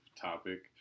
topic